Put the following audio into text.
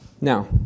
Now